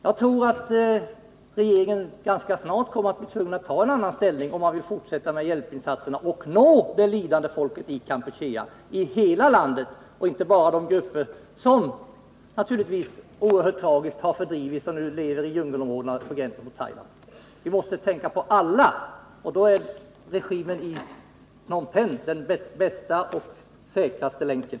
Jag tror att regeringen ganska snart kommer att bli tvungen att ta ställning, om man vill fortsätta med hjälpinsatserna och nå det lidande folket i Kampuchea — i hela landet och inte bara de grupper som så oerhört tragiskt har fördrivits och nu lever i djungelområdena vid gränsen till Thailand. Vi måste tänka på alla, och då är regimen i Phnom Penh den bästa och säkraste länken.